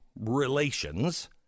relations